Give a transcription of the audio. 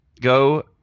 go